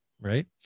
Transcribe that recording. Right